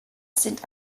sind